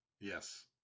Yes